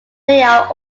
layout